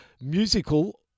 musical